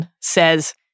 says